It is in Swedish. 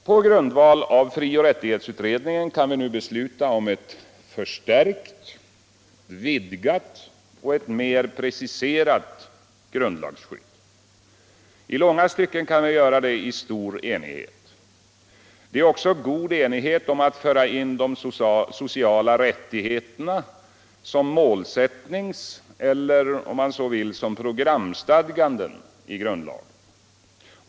På grundval av frioch rättighetsutredningen kan vi nu besluta om ett förstärkt, vidgat och mer preciserat grundlagsskydd. I långa stycken kan vi göra det i stor enighet. Det är också god enighet om att föra in de sociala rättigheterna som målsättningseller, om man så vill, programstadganden i grundlag.